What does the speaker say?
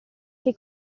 che